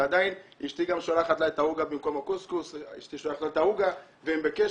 ועדיין אשתי גם שולחת לה את העוגה במקום הקוסקוס והם בקשר.